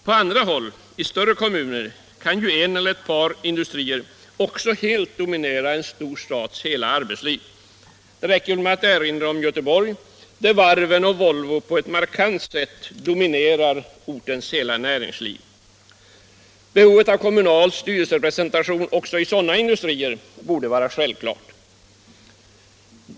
På andra håll, i större kommuner, kan en eller ett par industrier helt dominera en stor stads hela arbetsliv. Det räcker väl att erinra om Göteborg, där varven och Volvo på ett markant sätt dominerar regionens hela näringsliv. Behovet av kommunal styrelserepresentation också i sådana industrier borde vara självklart.